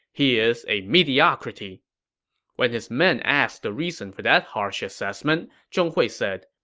he is a mediocrity when his men asked the reason for that harsh assessment, zhong hui said,